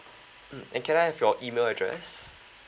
mm and can I have your email address